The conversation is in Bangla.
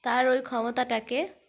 তার ওই ক্ষমতাটাকে